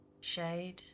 Shade